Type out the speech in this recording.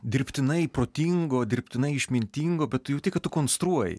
dirbtinai protingo dirbtinai išmintingo bet tu jauti kad tu konstruoji